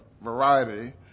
variety